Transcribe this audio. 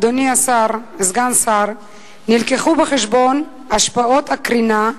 אדוני סגן השר, הובאו בחשבון השפעות הקרינה,